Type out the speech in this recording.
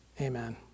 Amen